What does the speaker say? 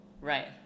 Right